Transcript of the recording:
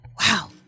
wow